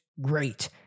great